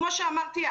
כמו שאמרתי,